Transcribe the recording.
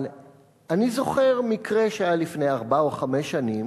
אבל אני זוכר מקרה שהיה לפני ארבע או חמש שנים,